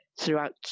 throughout